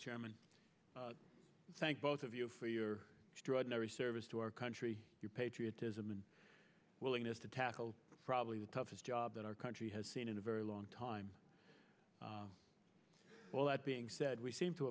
five thank both of you for your extraordinary service to our country your patriotism and willingness to tackle probably the toughest job that our country has seen in a very long time well that being said we seem to